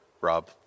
Rob